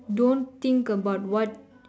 don't think about what